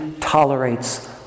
tolerates